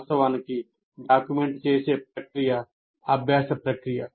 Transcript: వాస్తవానికి డాక్యుమెంట్ చేసే ప్రక్రియ అభ్యాస ప్రక్రియ